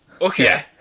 okay